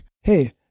Hey